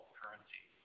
currency